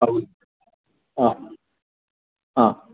ആ ആ ആ